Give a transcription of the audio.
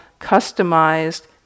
customized